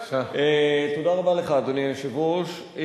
אדוני היושב-ראש,